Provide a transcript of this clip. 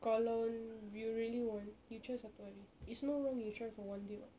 kalau you really want you try satu hari it's no wrong you try for one day [what]